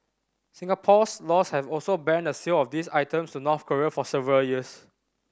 Singapore's laws have also banned the sale of these items to North Korea for several years